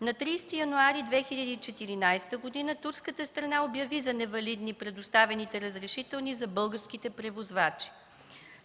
На 30 януари 2014 г. турската страна обяви за невалидни предоставените разрешителни за българските превозвачи.